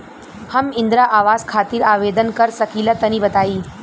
हम इंद्रा आवास खातिर आवेदन कर सकिला तनि बताई?